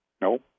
No